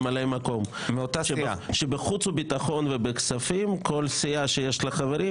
ממלא מקום שבחוץ וביטחון ובכספים כל סיעה שיש לה חברים,